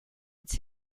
its